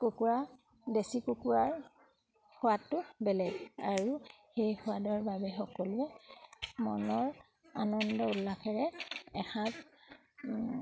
কুকুৰা দেশী কুকুৰাৰ সোৱাদটো বেলেগ আৰু সেই সোৱাদৰ বাবে সকলোৱে মনৰ আনন্দ উল্লাসেৰে এসাঁজ